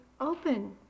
open